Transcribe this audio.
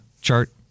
chart